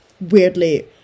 weirdly